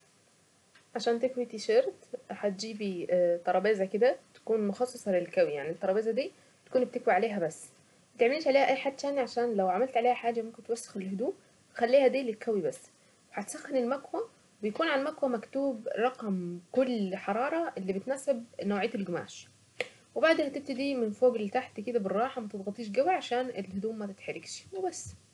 عشان تكني تيشيرت هتجيبي ترابيزة كده تكون مخصصة للكوي يعني الترابيزة دي تكوني بتكوي عليها بس ما بتعملش عليها اي حاجة تاني عشان لو عملت عليها حاجة ممكن توسخ الهدوء خليها دي للكوي بس. بيكون على المكوى مكتوب رقم كل حرارة اللي بتناسب نوعية القماش وبعدها تبتدي من فوق لتحت كده بالراحة ما تضغطيش جوة عشان الهدوم ما تتحرقش وبس.